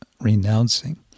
renouncing